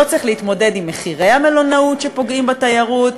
לא צריך להתמודד עם המחירים במלונות שפוגעים בתיירות,